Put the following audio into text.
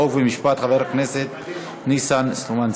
חוק ומשפט חבר הכנסת ניסן סלומינסקי,